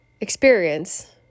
experience